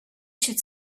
should